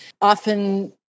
often